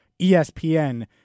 ESPN